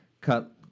cut